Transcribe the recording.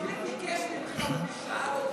מי שואל אותך?